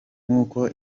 nk’uko